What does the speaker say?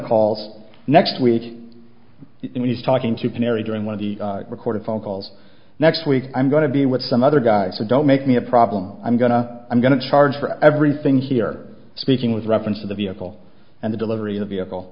calls next week when he's talking to canary during one of the recorded phone calls next week i'm going to be with some other guys so don't make me a problem i'm going to i'm going to charge for everything here speaking with reference to the vehicle and the delivery of the vehicle